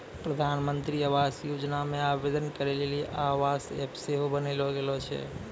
प्रधानमन्त्री आवास योजना मे आवेदन करै लेली आवास ऐप सेहो बनैलो गेलो छै